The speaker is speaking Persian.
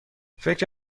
فکر